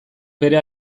bere